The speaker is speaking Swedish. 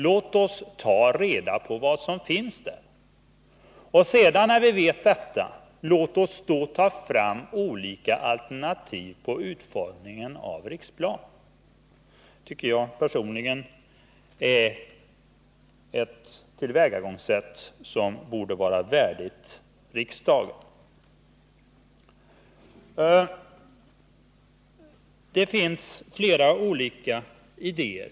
Låt oss ta reda på vad som finns där och när vi vet det ta fram olika alternativ för utformningen av Riksplan. Det är ett tillvägagångssätt som borde vara värdigt riksdagen. Det finns flera olika idéer.